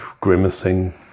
grimacing